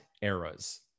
eras